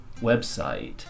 website